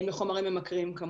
לחומרים ממכרים.